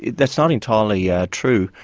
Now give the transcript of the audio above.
that's not entirely yeah true.